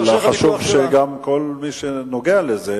אבל חשוב גם שכל מי שנוגע בזה,